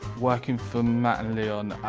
working for matt and leon